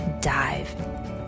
dive